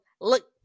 look